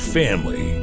family